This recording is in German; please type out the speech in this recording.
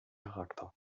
charakter